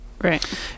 right